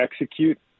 execute